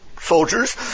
soldiers